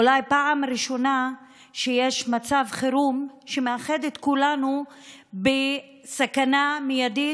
אולי פעם ראשונה שיש מצב חירום שמאחד את כולנו בסכנה מיידית,